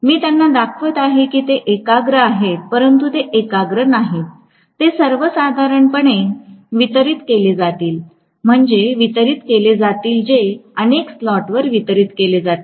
मी त्यांना दाखवत आहे की ते एकाग्र आहेत परंतु ते एकाग्र नाहीत ते साधारणपणे वितरीत केले जातील म्हणजे वितरित केले जातील जे अनेक स्लॉटवर वितरीत केले जातील